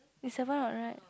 is seven what right